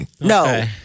No